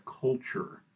culture